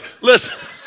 listen